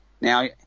Now